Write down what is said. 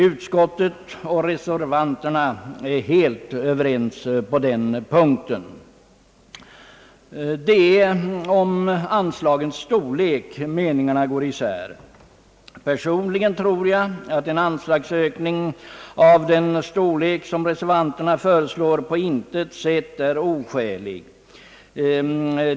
Utskottet och reservanterna är helt överens på denna punkt. Det är om anslagets storlek som meningarna går isär. Personligen tror jag att en anslagsökning av den storlek som reservanterna föreslår på intet sätt är oskälig.